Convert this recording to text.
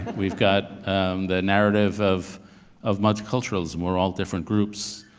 we've got the narrative of of multiculturalism, we're all different groups,